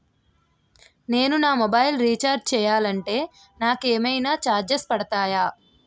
నేను నా mobile recharge చేయాలంటే నాకు ఏమైనా చార్జెస్ పడతాయా?